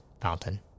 fountain